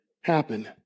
happen